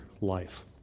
life